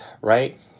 right